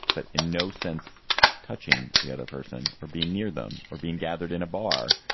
but in no sense touching the other person or being near them or being gathered in a bar.